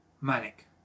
manic